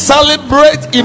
Celebrate